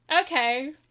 okay